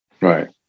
Right